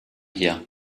hier